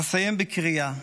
אסיים בקריאה.